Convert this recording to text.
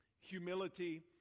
Humility